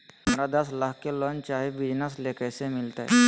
हमरा दस लाख के लोन चाही बिजनस ले, कैसे मिलते?